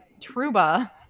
Truba